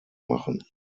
machen